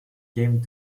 came